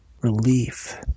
relief